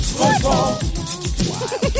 Football